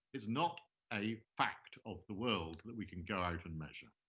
it's not a fact of the world that we can go out and measure.